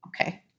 Okay